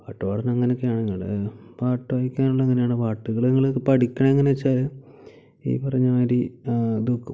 പാട്ടു പാടുന്നത് അങ്ങനെക്കെയാണ് അല്ലാണ്ട് പാട്ട് പഠിക്കാണ്ട് എങ്ങനെയാണ് പാട്ടുകൾ എങ്ങനെയാണ് പഠിക്കണേ എന്നു വെച്ചാൽ ഈ പറഞ്ഞ മാതിരി അത്